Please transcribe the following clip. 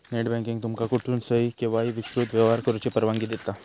net banking तुमका कुठसूनही, केव्हाही विस्तृत व्यवहार करुची परवानगी देता